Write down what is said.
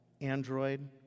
Android